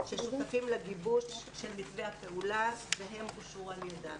ששותפים לגיבוש של מתווה הפעולה והם אושרו על ידם.